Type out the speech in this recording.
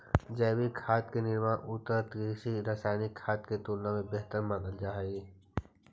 जैविक खाद के निर्माण उन्नत कृषि लगी रासायनिक खाद के तुलना में बेहतर मानल जा हइ